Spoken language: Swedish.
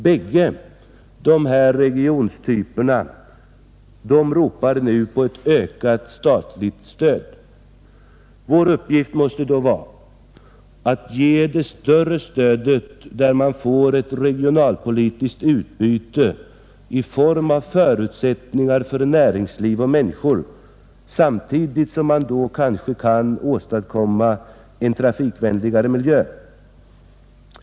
Bägge dessa regiontyper ropar nu på ett ökat statligt stöd. Vår uppgift måste då vara att ge det större stödet till områden där man får ett regionalpolitiskt utbyte i form av förutsättningar för näringsliv och människor samtidigt som man kanske kan åstadkomma en trafikvänligare miljö.